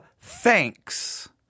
thanks